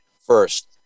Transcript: First